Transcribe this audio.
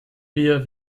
wir